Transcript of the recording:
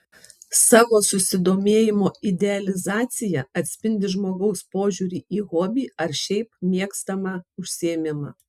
savo susidomėjimo idealizacija atspindi žmogaus požiūrį į hobį ar šiaip mėgstamą užsiėmimą